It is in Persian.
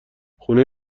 خونه